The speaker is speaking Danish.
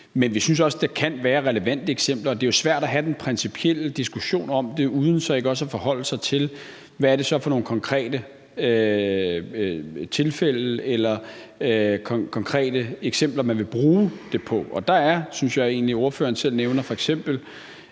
Men vi synes også, der kan være relevante eksempler, og det er jo svært at have den principielle diskussion om det uden ikke også at forholde sig til, hvad det så er for nogle konkrete tilfælde eller konkrete eksempler, man vil bruge det på, og det er, synes jeg egentlig, det, som ordføreren selv nævner, f.eks.